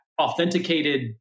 authenticated